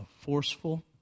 forceful